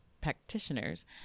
practitioners